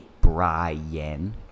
brian